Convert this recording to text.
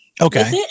okay